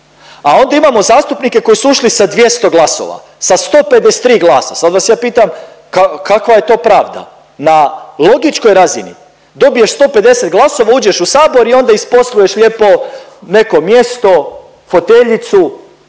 A onda imamo zastupnike koji su ušli sa 200 glasa, sa 153 glasa, sad vas ja pitam kakva je to pravda? Na logičkoj razini dobiješ 150 glasova uđeš u Sabor i onda isposluješ lijepo neko mjesto, foteljicu,